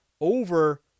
over